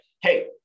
hey